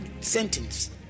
sentence